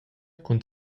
cun